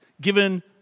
given